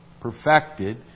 perfected